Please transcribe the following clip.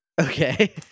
Okay